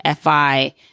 Fi